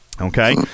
Okay